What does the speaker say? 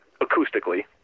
acoustically